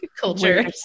culture